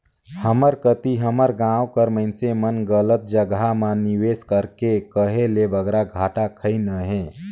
हमर कती हमर गाँव कर मइनसे मन गलत जगहा म निवेस करके कहे ले बगरा घाटा खइन अहें